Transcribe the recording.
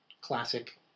classic